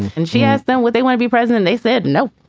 and she asked them what they want to be president. they said, no,